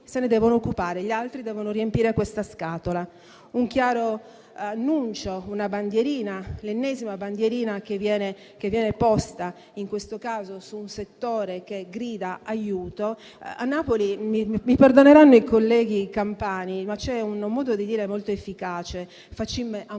se ne devono occupare, gli altri devono riempire questa scatola. È un chiaro annuncio, una bandierina, l'ennesima bandierina che viene posta in questo caso su un settore che grida aiuto. Mi perdoneranno i colleghi campani, ma a Napoli c'è un modo di dire molto efficace: *facimm' ammuina*,